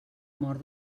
mort